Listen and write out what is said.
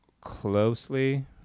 closely